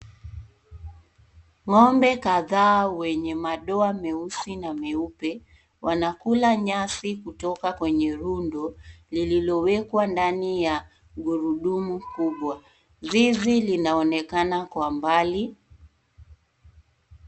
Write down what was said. Ng'ombe kadhaa wenye madoa meusi na meupe wanakula nyasi kutoka kwenye rundo lililowekwa ndani ya gurudumu kubwa. Zizi linaonekana kwa mbali.